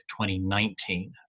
2019